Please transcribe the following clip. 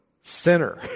sinner